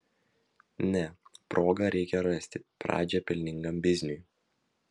ne progą reikia rasti pradžią pelningam bizniui